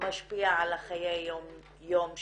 משפיע על חיי היום יום שלהן.